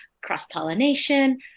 cross-pollination